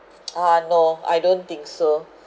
ah no I don't think so